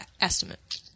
estimate